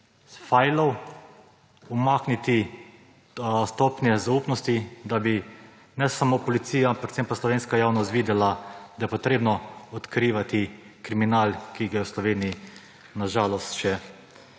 fajlov umakniti stopnje zaupnosti, da bi ne samo policija, predvsem pa slovenska javnost videla, da je treba odkrivati kriminal, ki ga je v Sloveniji na žalost še